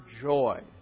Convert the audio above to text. joy